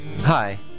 Hi